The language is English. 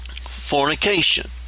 fornication